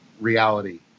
reality